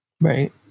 Right